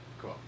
cool